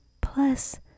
Plus